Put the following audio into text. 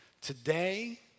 Today